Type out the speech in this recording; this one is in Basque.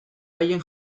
haien